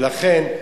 ולכן,